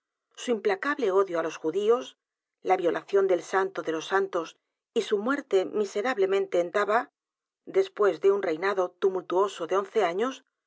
su implacable odio á los judíos la violación del santo de los santos y su muerte miserablemente en taba después de un reinado tumultuoso de once años